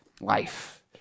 life